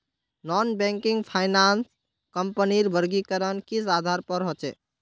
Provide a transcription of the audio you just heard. Non banking finance कंपनीर वर्गीकरण किस आधार पर होचे?